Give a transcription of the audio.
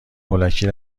هولکی